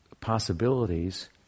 possibilities